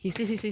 (uh huh)